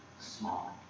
Small